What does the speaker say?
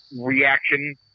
reaction